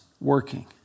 working